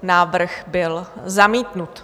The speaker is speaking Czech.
Návrh byl zamítnut.